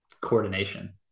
coordination